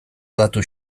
datu